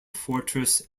fortress